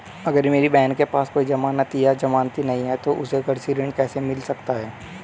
अगर मेरी बहन के पास कोई जमानत या जमानती नहीं है तो उसे कृषि ऋण कैसे मिल सकता है?